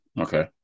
okay